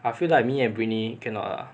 I feel like me and britney cannot lah